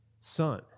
son